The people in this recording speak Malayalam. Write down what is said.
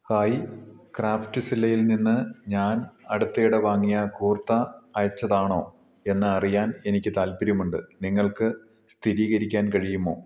ഹായ് ക്രാഫ്റ്റ് സില്ലയിൽ നിന്ന് ഞാൻ അടുത്തിടെ വാങ്ങിയ കൂർത്ത അയച്ചതാണോ എന്ന് അറിയാൻ എനിക്ക് താൽപ്പര്യമുണ്ട് നിങ്ങൾക്ക് സ്ഥിരീകരിക്കാൻ കഴിയുമോ